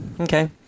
Okay